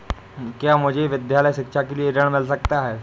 क्या मुझे विद्यालय शिक्षा के लिए ऋण मिल सकता है?